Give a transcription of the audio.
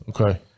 Okay